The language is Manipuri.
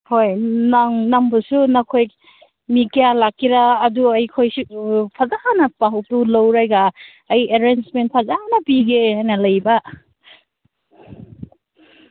ꯍꯣꯏ ꯅꯪ ꯅꯪꯕꯨꯁꯨ ꯅꯈꯣꯏ ꯃꯤ ꯀꯌꯥ ꯂꯥꯛꯀꯦꯔꯥ ꯑꯗꯨ ꯑꯩꯈꯣꯏꯁꯨ ꯐꯖꯅ ꯄꯥꯎꯗꯨ ꯂꯧꯔꯒ ꯑꯩ ꯑꯔꯦꯟꯁꯃꯦꯟ ꯐꯖꯅ ꯄꯤꯒꯦꯅ ꯂꯩꯕ